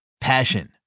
Passion